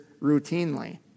routinely